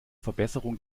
verbesserung